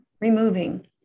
removing